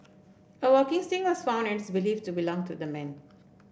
a walking stick was found and is believed to belong to the man